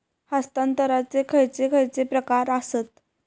हस्तांतराचे खयचे खयचे प्रकार आसत?